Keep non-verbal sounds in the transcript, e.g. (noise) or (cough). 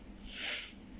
(breath)